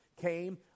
Came